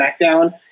SmackDown